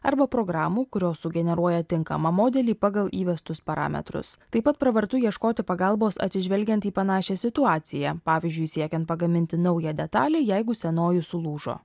arba programų kurios sugeneruoja tinkamą modelį pagal įvestus parametrus taip pat pravartu ieškoti pagalbos atsižvelgiant į panašią situaciją pavyzdžiui siekiant pagaminti naują detalę jeigu senoji sulūžo